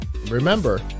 Remember